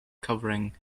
covering